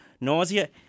Nausea